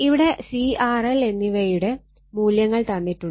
ഇവിടെ C R L എന്നിവയുടെ മൂല്യങ്ങൾ തന്നിട്ടുണ്ട്